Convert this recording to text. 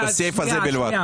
יש כאן איזושהי